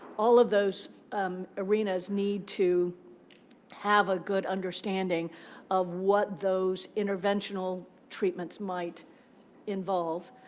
all of those arenas need to have a good understanding of what those interventional treatments might involve.